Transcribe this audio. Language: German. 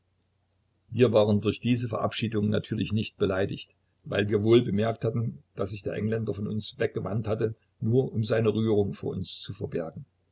wir waren durch diese verabschiedung natürlich nicht beleidigt weil wir wohl bemerkt hatten daß sich der engländer von uns weggewandt hatte nur um seine rührung vor uns zu verbergen